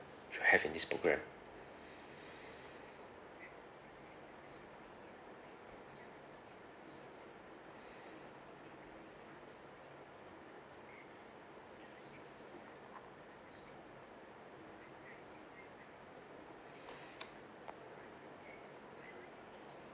you have in this program